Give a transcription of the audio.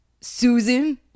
Susan